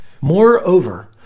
Moreover